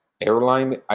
airline